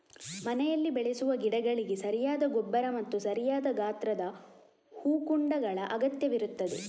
ಮನೆಯಲ್ಲಿ ಬೆಳೆಸುವ ಗಿಡಗಳಿಗೆ ಸರಿಯಾದ ಗೊಬ್ಬರ ಮತ್ತು ಸರಿಯಾದ ಗಾತ್ರದ ಹೂಕುಂಡಗಳ ಅಗತ್ಯವಿರುತ್ತದೆ